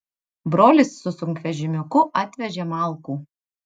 brolis su sunkvežimiuku atvežė malkų